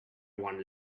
one